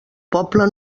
poble